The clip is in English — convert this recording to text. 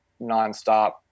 nonstop